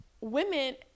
women